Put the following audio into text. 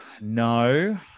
no